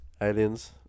Aliens